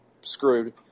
screwed